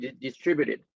distributed